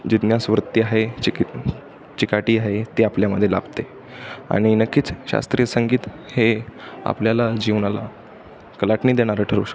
जिज्ञासूवृत्ती आहे चिक चिकाटी आहे ती आपल्यामध्ये लागते आणि नक्कीच शास्त्रीय संगीत हे आपल्याला जीवनाला कलाटणी देणारं ठरू शकतं